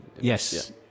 Yes